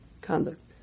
conduct